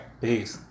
Peace